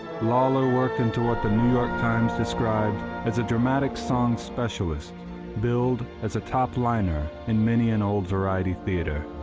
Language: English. lawlor worked into what the new york times described as a dramatic song specialist billed as a topliner in many an old variety theatre.